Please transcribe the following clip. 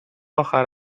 آخر